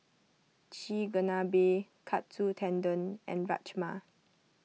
Chigenabe Katsu Tendon and Rajma